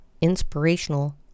inspirational